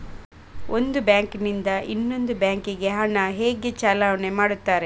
ಒಂದು ಬ್ಯಾಂಕ್ ನಿಂದ ಇನ್ನೊಂದು ಬ್ಯಾಂಕ್ ಗೆ ಹಣ ಹೇಗೆ ಚಲಾವಣೆ ಮಾಡುತ್ತಾರೆ?